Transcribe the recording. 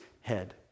head